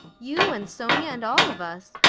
you and sonia and all of us.